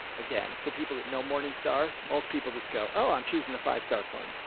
again, for people that know morningstar, most people just go, oh, i'm choosing the five-star fund.